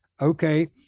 okay